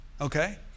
Okay